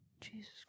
Jesus